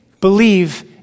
believe